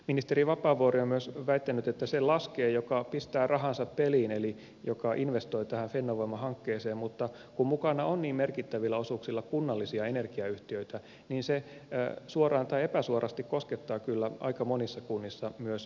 ministeri vapaavuori on myös väittänyt että se laskee joka pistää rahansa peliin eli joka investoi tähän fennovoima hankkeeseen mutta kun mukana on niin merkittävillä osuuksilla kunnallisia energiayhtiöitä niin se suoraan tai epäsuorasti koskettaa kyllä aika monissa kunnissa myös veronmaksajia